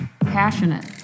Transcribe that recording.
passionate